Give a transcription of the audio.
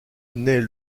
naît